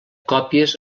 còpies